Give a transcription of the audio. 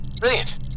Brilliant